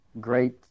great